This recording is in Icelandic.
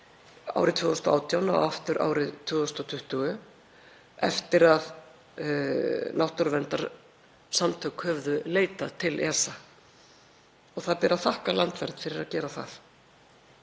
árið 2018 og aftur árið 2020 eftir að náttúruverndarsamtök höfðu leitað til ESA. Það ber að þakka Landvernd fyrir að gera það.